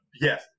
yes